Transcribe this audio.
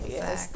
Yes